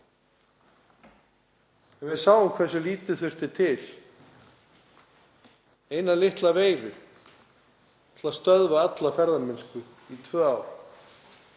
En við sáum hversu lítið þurfti til, bara eina litla veiru, til að stöðva alla ferðamennsku í tvö ár.